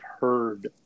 heard